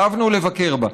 אהבנו לבקר בה.